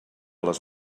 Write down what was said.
les